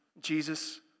Jesus